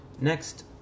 next